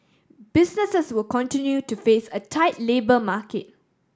businesses will continue to face a tight labour market